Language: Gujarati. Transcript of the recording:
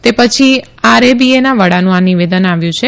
તે પછી આરએબીના વડાનું આ નિવેદન આવ્યું છે